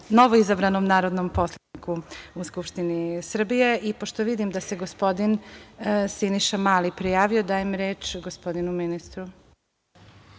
novoizabranom narodnom poslaniku u Skupštini Srbije. Pošto vidim da se gospodin Siniša Mali prijavio, dajem reč gospodinu ministru.